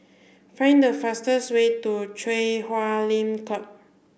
find the fastest way to Chui Huay Lim Club